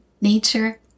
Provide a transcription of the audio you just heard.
nature